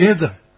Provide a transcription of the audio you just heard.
together